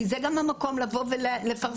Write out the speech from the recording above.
כי זה המקום לבוא ולפרסם,